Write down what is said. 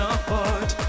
apart